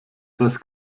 das